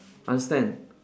understand